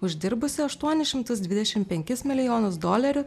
uždirbusį aštuonis šimtus dvidešimt penkis milijonus dolerių